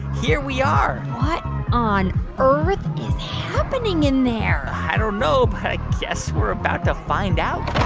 here we are what on earth is happening in there? i don't know, but i guess we're about to find out